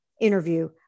interview